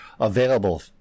available